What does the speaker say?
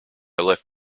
left